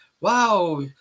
wow